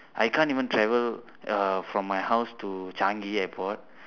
I can't even travel uh from my house to changi airport